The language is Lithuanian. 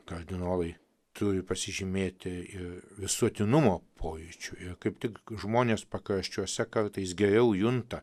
kardinolai turi pasižymėti ir visuotinumo pojūčiu ir kaip tik žmonės pakraščiuose kartais geriau junta